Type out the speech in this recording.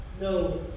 no